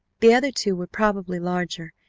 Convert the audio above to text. the other two were probably larger,